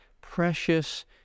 precious